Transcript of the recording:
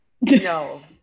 No